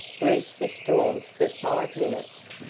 brewster stormed for five minutes,